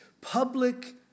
public